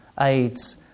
aids